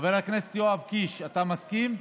חבר הכנסת יואב קיש, אתה מסכים?